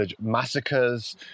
massacres